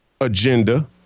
agenda